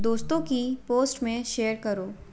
दोस्तों की पोस्ट में शेयर करो